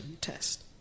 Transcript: test